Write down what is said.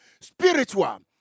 spiritual